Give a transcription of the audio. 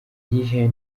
iyihe